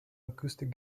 acoustic